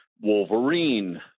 Wolverine